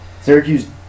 Syracuse